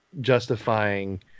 justifying